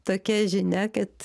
tokia žinia kad